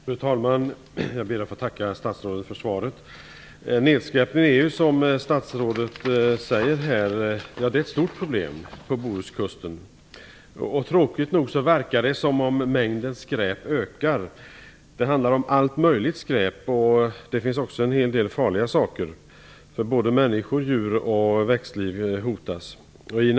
Fru talman! Jag ber att få tacka statsrådet för svaret. Som statsrådet säger är nedskräpningen ett stort problem för Bohuskusten. Tråkigt nog verkar det som om mängden skräp ökar. Det handlar om allt möjligt skräp - även en hel del farligt avfall. Människor, djur och växtliv hotas.